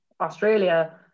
australia